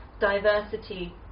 diversity